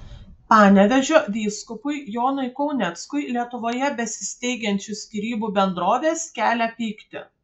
panevėžio vyskupui jonui kauneckui lietuvoje besisteigiančios skyrybų bendrovės kelia pyktį